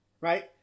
right